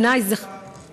בעיניי זה, יש לך מישהו